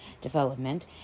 development